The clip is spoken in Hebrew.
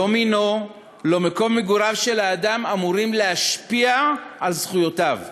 לא מינו ולא מקום מגוריו של האדם אמורים להשפיע על זכויותיו.